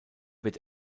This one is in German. wird